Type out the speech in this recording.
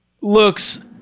looks